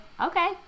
Okay